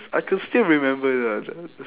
I could still remember the the the